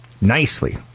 nicely